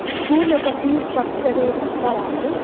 school యొక్క fees structure చెప్తారా అండి